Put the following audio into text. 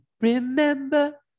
Remember